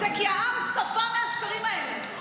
זה כי העם שבע מהשקרים האלה.